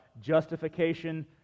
justification